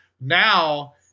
Now